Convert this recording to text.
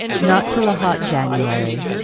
not till a hot january.